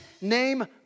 name